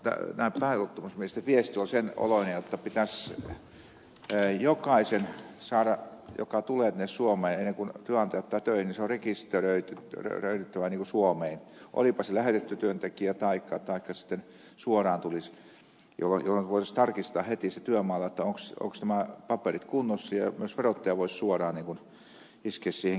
mutta pääluottamusmiesten viesti oli sen oloinen jotta pitäisi jokaisen joka tulee suomeen rekisteröityä suomeen ennen kuin työnantaja ottaa töihin olipa se lähetetty työntekijä taikka tulee suoraan jolloin voitaisiin heti tarkistaa työmaalla ovatko paperit kunnossa ja myös verottaja voisi suoraan iskeä siihen kiinni